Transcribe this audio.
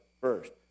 first